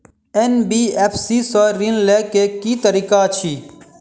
NBFC सँ ऋण लय केँ की तरीका अछि?